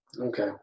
Okay